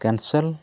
cancel